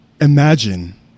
Imagine